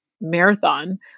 marathon